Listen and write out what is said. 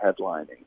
headlining